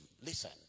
listen